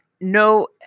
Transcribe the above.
no